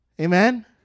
Amen